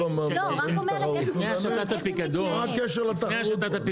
מה הקשר לתחרות?